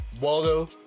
Waldo